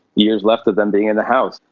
years left of them being in the house.